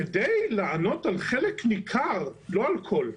כדי לענות על חלק ניכר - לא על כל,